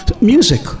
music